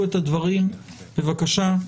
תודה.